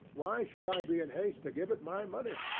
why should i be in haste to give it my money?